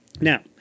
Now